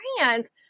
hands